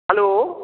hello